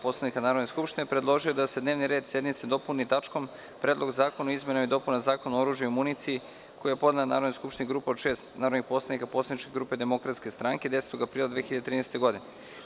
Poslovnika Narodne skupštine, predložio da se dnevni red sednice dopuni tačkom – Predlog zakona o izmenama i dopunama Zakona o oružju i municiji koji je podnela Narodnoj skupštini grupa od šest narodnih poslanika poslaničke grupe DS 10. aprila 2013. godine.